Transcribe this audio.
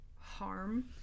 harm